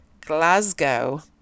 glasgow